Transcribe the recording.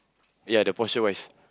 ya the portion wise